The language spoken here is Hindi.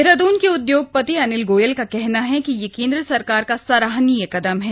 देहरादून के उद्योगपति अनिल गोयल का कहना है कि यह केंद्र सरकार का सराहनीय कदम है